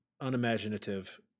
unimaginative